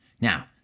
Now